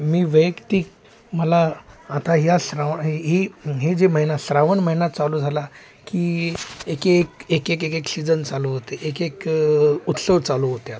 मी वैयक्तिक मला आता या श्रावण हे ही हे जी महिना श्रावण महिना चालू झाला की एक एक एकेक एकेक सीजन चालू होते एक एक उत्सव चालू होत्या